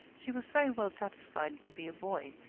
she was very well satisfied to be a boy,